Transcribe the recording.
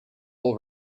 all